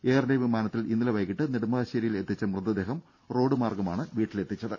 air India വിമാനത്തിൽ ഇന്നലെ വൈകിട്ട് നെടുമ്പാശ്ശേരിയിൽ എത്തിച്ച മൃതദേഹം റോഡ് മാർഗ്ഗമാണ് വീട്ടിലെത്തിച്ചത്